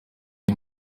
ari